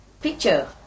picture